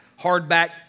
hardback